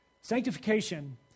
Sanctification